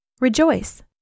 Rejoice